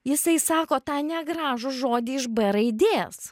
jisai sako tą negražų žodį iš b raidės